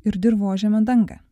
ir dirvožemio danga